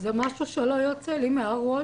זה משהו שלא יוצא לי מהראש.